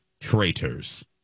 traitors